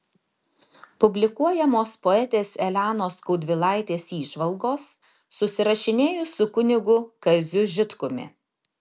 publikuojamos poetės elenos skaudvilaitės įžvalgos susirašinėjus su kunigu kaziu žitkumi